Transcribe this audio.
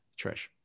Trish